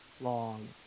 long